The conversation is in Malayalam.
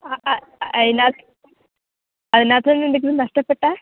ആ ആ അതിനകത്ത് അതിനകത്ത് നിന്ന് എന്തെങ്കിലും നഷ്ടപ്പെട്ടാൽ